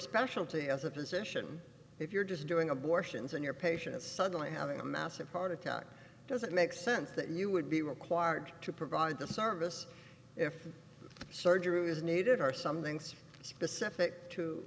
specialty of the position if you're just doing abortions in your patient's suddenly having a massive heart attack does it make sense that you would be required to provide the service if surgery is needed are some things specific to